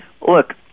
look